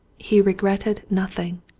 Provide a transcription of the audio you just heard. he regretted nothing.